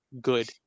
good